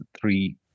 three